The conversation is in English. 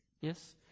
Yes